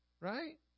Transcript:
Right